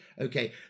Okay